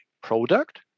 product